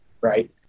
right